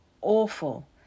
awful